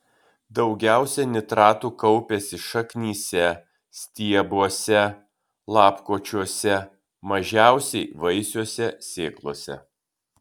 daugiausiai nitratų kaupiasi šaknyse stiebuose lapkočiuose mažiausiai vaisiuose sėklose